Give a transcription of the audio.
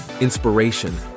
inspiration